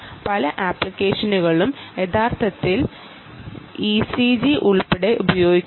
പല അപ്ലിക്കേഷനുകളും യഥാർത്ഥത്തിൽ ഇസിജി ഉൾപ്പെടെ ഉപയോഗിക്കുന്നു